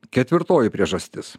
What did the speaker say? ketvirtoji priežastis